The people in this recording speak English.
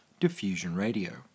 diffusionradio